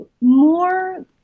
more